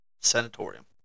Sanatorium